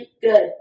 good